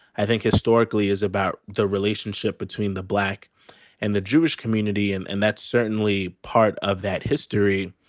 i think, historically is about the relationship between the black and the jewish community. and and that's certainly part of that history.